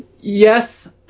Yes